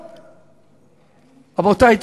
רבותי,